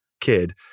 kid